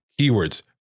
keywords